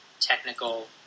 technical